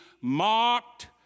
marked